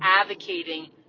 advocating